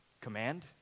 command